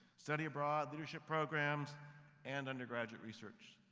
study abroad, leadership programs and undergraduate research.